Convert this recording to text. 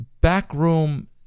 backroom